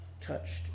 touched